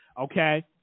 Okay